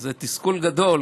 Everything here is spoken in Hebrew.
זה תסכול גדול,